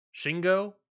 Shingo